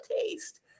taste